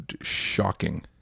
shocking